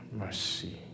mercy